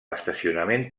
estacionament